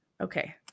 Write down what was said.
Okay